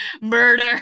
Murder